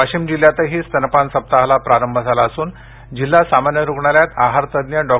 वाशिम जिल्ह्यातही स्तनपान सप्ताहाला प्रारंभ झाला असून जिल्हा सामान्य रुग्णालयात आहार तज्ज्ञ डॉ